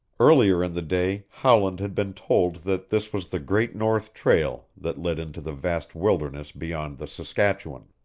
earlier in the day howland had been told that this was the great north trail that led into the vast wildernesses beyond the saskatchewan.